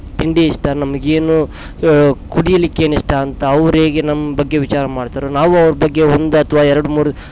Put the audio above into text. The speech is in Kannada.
ತಿಂಡಿ ಇಷ್ಟ ನಮಗೇನು ಕುಡಿಲಿಕ್ಕೇನು ಇಷ್ಟ ಅಂತ ಅವರೇಗೆ ನಮ್ಮ ಬಗ್ಗೆ ವಿಚಾರ ಮಾಡ್ತರೆ ನಾವು ಅವರ ಬಗ್ಗೆ ಒಂದು ಅಥ್ವಾ ಎರಡು ಮೂರು